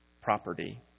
property